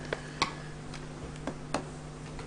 אני